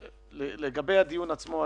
לגבי הדיון עצמו,